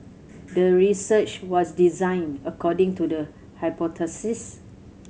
the research was designed according to the hypothesis